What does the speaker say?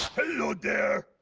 hello there,